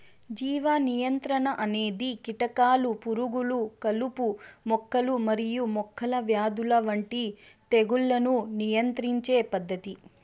జీవ నియంత్రణ అనేది కీటకాలు, పురుగులు, కలుపు మొక్కలు మరియు మొక్కల వ్యాధుల వంటి తెగుళ్లను నియంత్రించే పద్ధతి